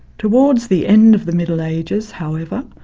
towards the end of the middle ages however,